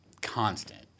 Constant